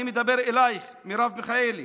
אני מדבר אלייך, מרב מיכאלי.